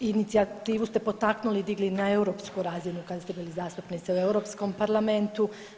Inicijativu ste potaknuli i digli na europsku razinu kada ste bili zastupnica u Europskom parlamentu.